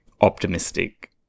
optimistic